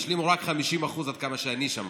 השלימו רק 50%, עד כמה שאני שמעתי.